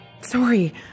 Sorry